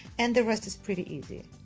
and the rest is pretty easy.